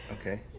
Okay